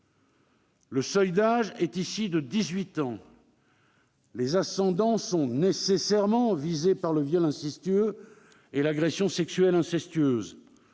le seuil d'âge est ici fixé à 18 ans. Les ascendants sont nécessairement visés par le viol incestueux et l'agression sexuelle incestueuse.